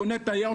הוא קונה טויוטה.